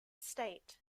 state